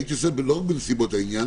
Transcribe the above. הייתי עושה את זה לא "בנסיבות העניין",